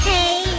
Hey